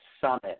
Summit